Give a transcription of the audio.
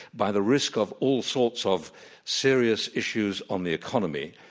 by the risk of all sorts of serious issues on the economy,